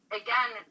again